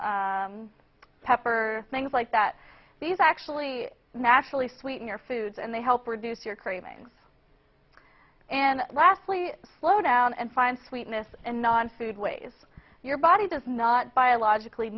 cloves pepper things like that these actually naturally sweeten your food and they help reduce your cravings and lastly slow down and find sweetness and non food ways your body does not biologically